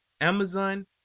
amazon